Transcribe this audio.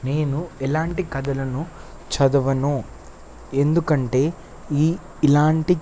నేను ఎలాంటి కథలను చదవను ఎందుకంటే ఈ ఇలాంటి